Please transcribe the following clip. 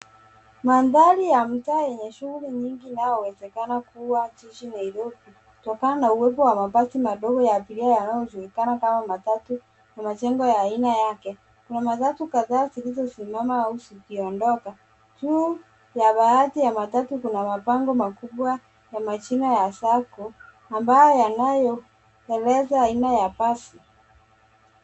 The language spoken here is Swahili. Mandhari ya mtaa yenye shughuli nyingi inayowezekana kuwa jiji Nairobi, kutokana na uwepo wa mabasi madogo ya abira yanayojulikana kama matatu na majengo ya aina yake. Kuna matatu kadhaa zilizosimama au zikiondoka. Juu ya baadhi ya matatu kuna mabango makubwa ya majina ya sacco ambayo yanayoeleza aina ya basi.